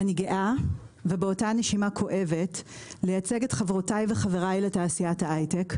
אני גאה ובאותה נשימה כואבת לייצג את חברותיי וחבריי לתעשיית ההייטק,